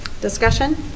Discussion